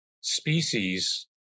species